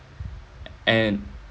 and